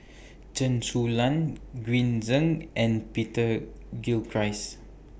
Chen Su Lan Green Zeng and Peter Gilchrist